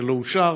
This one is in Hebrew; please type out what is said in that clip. שלא אושר